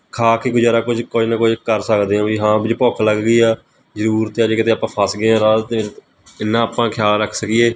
ਖਾ ਕੇ ਗੁਜ਼ਾਰਾ ਕੁਝ ਕੁਝ ਨਾ ਕੁਝ ਕਰ ਸਕਦੇ ਹਾਂ ਵੀ ਹਾਂ ਵੀ ਜੇ ਭੁੱਖ ਲੱਗ ਗਈ ਆ ਜ਼ਰੂਰਤ ਆ ਜੇ ਕਿਤੇ ਆਪਾਂ ਫਸ ਗਏ ਹਾਂ ਰਾਹ 'ਤੇ ਇਹਨਾ ਆਪਾਂ ਖਿਆਲ ਰੱਖ ਸਕੀਏ